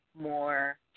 more